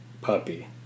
puppy